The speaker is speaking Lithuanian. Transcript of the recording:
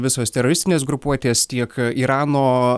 visos teroristinės grupuotės tiek irano